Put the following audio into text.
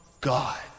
God